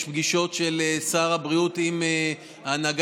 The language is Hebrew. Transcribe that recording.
יש פגישות של שר הבריאות עם ההנהגה.